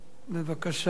בבקשה,